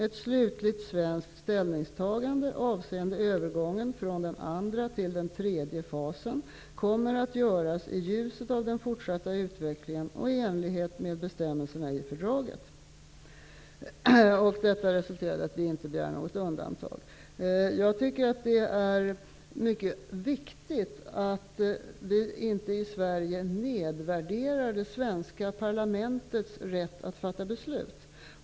Ett slutligt svenskt ställningstagande avseende övergången från den andra till den tredje fasen kommer att göras i ljuset av den fortsatta utvecklingen och i enlighet med bestämmelserna i fördraget.'' Detta har resulterat i att vi inte begär något undantag. Det är mycket viktigt att vi i Sverige inte nedvärderar det svenska parlamentets rätt att fatta beslut.